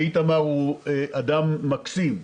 ואיתמר הוא אדם מקסים,